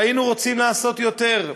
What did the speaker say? היינו רוצים לעשות יותר,